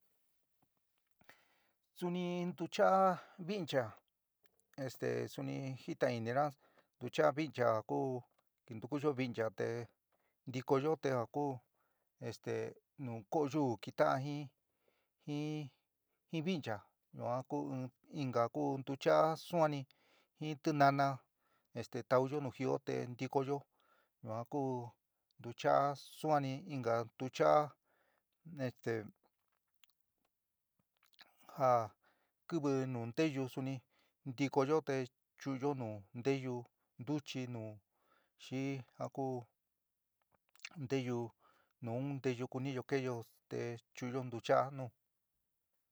Suni ntucha'á víncha esté suni jitain inina ntuchaa víncha ja ku kintukuyo víncha te ntikoyó te ja ku este nuú koyuú kita'an jin jin vincha yuan ku ɨn, inka ku ntucha'á suánni jin tinaná esté taaúyo nu jɨó te ntikoyó ñuan ku ntuchaá suanni, inka ntucha'a kɨvɨ este ja kɨvɨ nu nteyu suni ntikoyó te chu'unyo nu nteyu ntuchi nu xi ja ku nteyu nun nteyu kuniyo keéyo te chu'unyo ntuchaá nu.